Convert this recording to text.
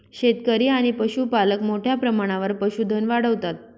शेतकरी आणि पशुपालक मोठ्या प्रमाणावर पशुधन वाढवतात